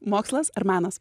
mokslas ar menas